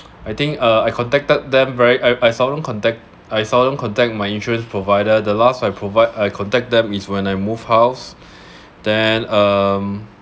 I think uh I contacted them ve~ I I seldom contact I seldom contact my insurance provider the last I provide I contact them is when I move house then um